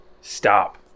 Stop